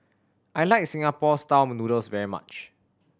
I like Singapore Style Noodles very much